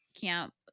camp